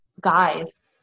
guys